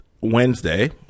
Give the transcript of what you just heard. Wednesday